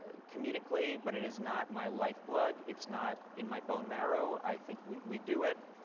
comedically, but it is not my lifeblood, it's not in my bone marrow. i think we we do it,